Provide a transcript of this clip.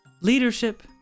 leadership